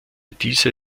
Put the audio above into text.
diese